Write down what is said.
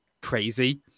crazy